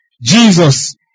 Jesus